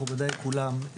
מכובדי כולם.